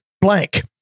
blank